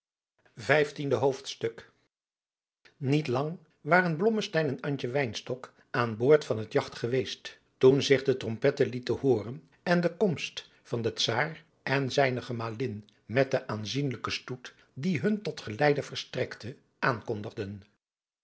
vijftiende hoofdstuk niet lang waren blommesteyn en antje wynstok aan boord van het jagt geweest toen zich de trompetten lieten hooren en de komst van den czaar en zijne gemalin met den aanzienlijken stoet die hun tot geleide verstrekte aankondigden